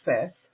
access